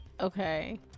Okay